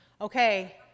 Okay